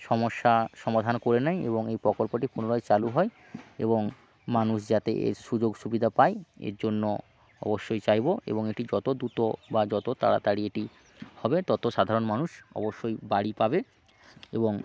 সমস্যা সমাধান করে নেয় এবং এই প্রকল্পটি পুনরায় চালু হয় এবং মানুষ যাতে এর সুযোগ সুবিধা পায় এর জন্য অবশ্যই চাইবো এবং এটি যত দুত বা যতো তাড়াতাড়ি এটি হবে তত সাধারণ মানুষ অবশ্যই বাড়ি পাবে এবং